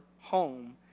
home